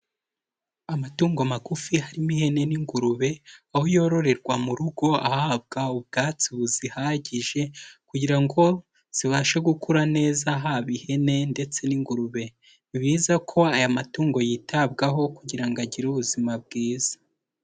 Amatungo magufi harimo ihene n'ingurube, aho yororerwa mu rugo ahabwa ubwatsi buzihagije, kugira ngo zibashe gukura neza, haba ihene ndetse n'ingurube, biza ko aya matungo yitabwaho kugira ngo agire ubuzima bwiza.